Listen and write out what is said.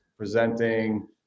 presenting